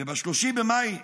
וב-3 במאי 2021,